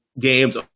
games